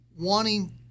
wanting